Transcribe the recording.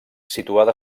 situada